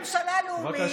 תבואו לממשלה לאומית.